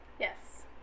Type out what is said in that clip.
Yes